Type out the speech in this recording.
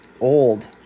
old